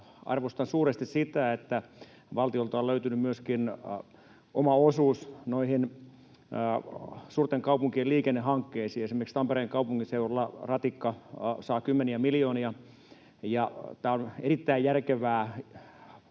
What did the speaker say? arvostan suuresti sitä, että valtiolta on löytynyt myöskin oma osuus noihin suurten kaupunkien liikennehankkeisiin. Esimerkiksi Tampereen kaupunkiseudulla ratikka saa kymmeniä miljoonia. Ja tämä on erittäin järkevää